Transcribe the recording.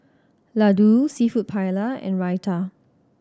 Ladoo Seafood Paella and Raita